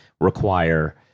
require